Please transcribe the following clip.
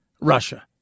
Russia